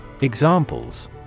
Examples